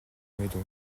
meudon